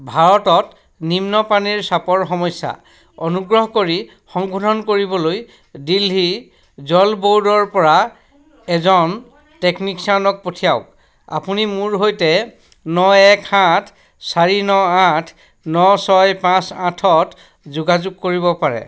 ভাৰতত নিম্ন পানীৰ চাপৰ সমস্যা অনুগ্ৰহ কৰি সংশোধন কৰিবলৈ দিল্লী জল ব'ৰ্ডৰ পৰা এজন টেকনিচিয়ানক পঠিয়াওক আপুনি মোৰ সৈতে ন এক সাত চাৰি ন আঠ ন ছয় পাঁচ আঠত যোগাযোগ কৰিব পাৰে